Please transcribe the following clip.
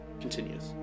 continues